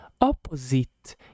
opposite